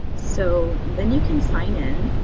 so then you can sign in